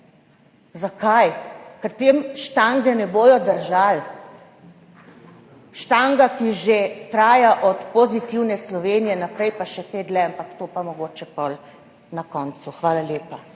Zakaj? Ker te štange ne bodo držali. Štanga, ki traja že od Pozitivne Slovenije naprej, pa še kaj dlje, ampak to pa mogoče potem na koncu. Hvala lepa.